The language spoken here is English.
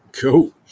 Cool